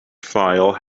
file